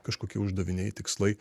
kažkokie uždaviniai tikslai